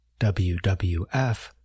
WWF